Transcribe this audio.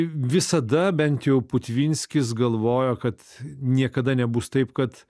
visada bent jau putvinskis galvojo kad niekada nebus taip kad